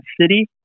City